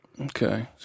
Okay